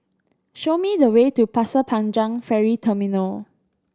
show me the way to Pasir Panjang Ferry Terminal